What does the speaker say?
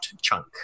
chunk